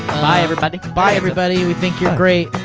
bye everybody. bye everybody, we think you're great.